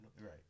right